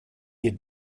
had